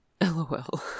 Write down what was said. LOL